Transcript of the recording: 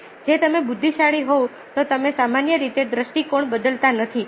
જો તમે બુદ્ધિશાળી હોવ તો તમે સામાન્ય રીતે દ્રષ્ટિકોણ બદલતા નથી